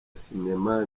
cinema